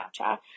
Snapchat